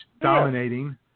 dominating